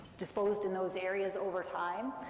disposed in those areas over time.